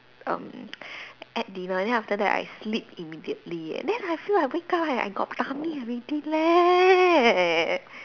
um ate dinner then after that I sleep immediately then I feel like I wake up right I got tummy already leh